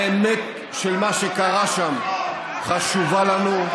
האמת של מה שקרה שם חשובה לנו.